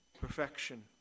perfection